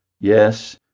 Yes